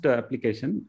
application